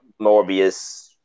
Morbius